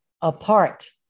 apart